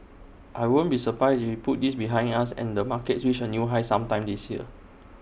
I won't be surprised if we put this behind us and the markets reach A new high sometime this year